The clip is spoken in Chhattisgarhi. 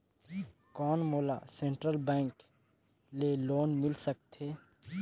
कौन मोला सेंट्रल बैंक ले लोन मिल सकथे?